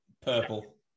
Purple